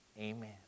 Amen